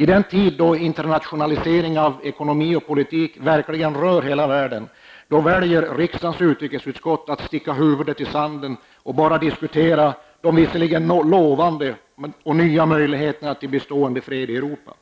I den tid då internationalisering av ekonomi och politik verkligen rör hela världen väljer riksdagens utrikesutskott att sticka huvudet i sanden och bara diskutera de visserligen lovande och nya möjligheterna till bestående fred i Europa.